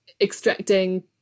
extracting